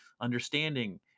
understanding